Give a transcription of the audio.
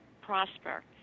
prosper